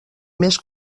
més